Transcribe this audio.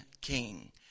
king